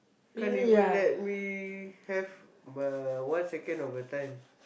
can't even let me have my one second of a time